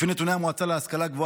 לפי נתוני המועצה להשכלה גבוהה,